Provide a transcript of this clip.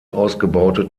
ausgebaute